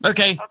Okay